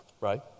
right